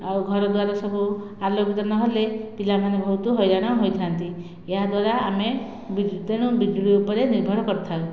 ଆଉ ଘରଦ୍ୱାର ସବୁ ଆଲୋକିତ ନହେଲେ ପିଲାମାନେ ବହୁତ ହଇରାଣ ହୋଇଥାନ୍ତି ଏହା ଦ୍ୱାରା ଆମେ ତେଣୁ ବିଜୁଳି ଉପରେ ନିର୍ଭର କରିଥାଉ